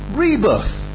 rebirth